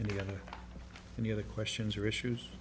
any other any other questions or issues